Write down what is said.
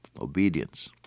Obedience